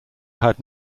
had